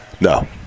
No